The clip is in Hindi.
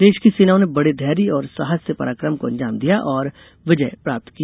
देश की सेनाओं ने बड़े धैर्य और साहस से पराक्रम को अंजाम दिया और विजय प्राप्त की